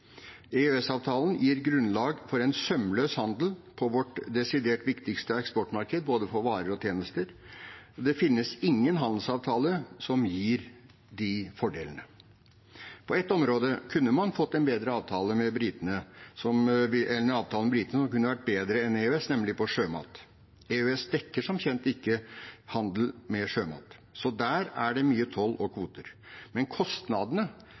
gir grunnlag for en sømløs handel på vårt desidert viktigste eksportmarked for både varer og tjenester. Det finnes ingen handelsavtale som gir de fordelene. På ett område kunne man fått en avtale med britene som kunne vært bedre enn EØS, nemlig for sjømat. EØS dekker som kjent ikke handel med sjømat, så der er det mye toll og kvoter. Men kostnadene